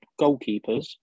goalkeepers